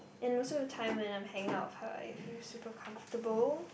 and also the time when I'm hanging out with her I feel super comfortable